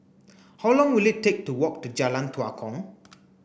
how long will it take to walk to Jalan Tua Kong